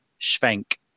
schwenk